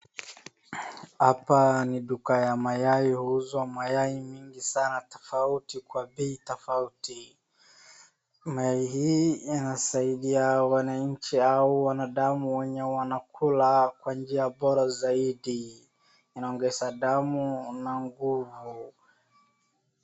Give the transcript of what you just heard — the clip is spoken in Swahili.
Hapa ni duka ya mayai, huuzwa mayai mingi sana tofauti, kwa bei tofauti. Mayai hii inasaidia wananchi au wanadamu wenye wanakula kwa njia bora zaidi. Inaongeza damu na nguvu.